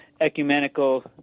ecumenical